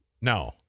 no